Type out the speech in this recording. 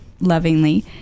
lovingly